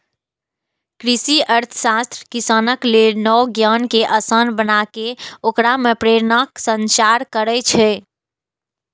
कृषि अर्थशास्त्र किसानक लेल नव ज्ञान कें आसान बनाके ओकरा मे प्रेरणाक संचार करै छै